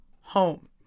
home